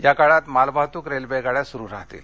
या काळात मालवाहतूक रेल्वे गाड्या सुरु राहतील